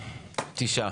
תשעה.